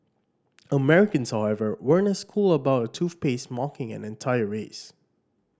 Americans however weren't as cool about a toothpaste mocking an entire race